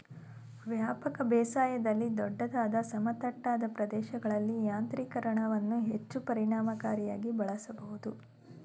ವ್ಯಾಪಕ ಬೇಸಾಯದಲ್ಲಿ ದೊಡ್ಡದಾದ ಸಮತಟ್ಟಾದ ಪ್ರದೇಶಗಳಲ್ಲಿ ಯಾಂತ್ರೀಕರಣವನ್ನು ಹೆಚ್ಚು ಪರಿಣಾಮಕಾರಿಯಾಗಿ ಬಳಸ್ಬೋದು